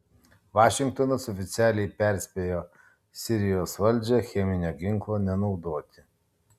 vašingtonas oficialiai perspėjo sirijos valdžią cheminio ginklo nenaudoti